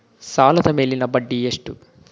ಸಾಲದ ಮೇಲಿನ ಬಡ್ಡಿ ಎಷ್ಟು?